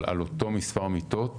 אבל על אותו מספר מיטות